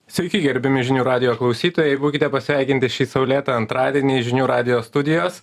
sveiki gerbiami žinių radijo klausytojai būkite pasveikinti šį saulėtą antradienį žinių radijo studijos